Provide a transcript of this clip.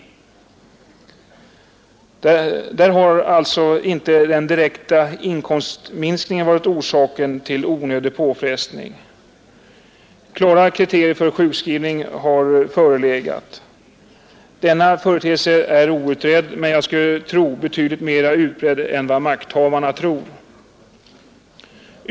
Där har alltså inte den direkta inkomstminskningen varit orsaken till onödig påfrestning; klara kriterier för sjukskrivning har förelegat. Denna företeelse är outredd, men jag skulle tro att den är betydligt mera utbredd än vad makthavarna tror.